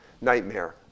nightmare